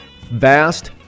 vast